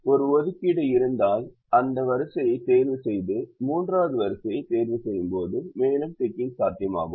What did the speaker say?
ஒரு ஒதுக்கீடு இருந்தால் அந்த வரிசையைத் தேர்வுசெய்து மூன்றாவது வரிசையைத் தேர்வுசெய்யும்போது மேலும் டிக்கிங் சாத்தியமாகும்